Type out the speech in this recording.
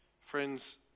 Friends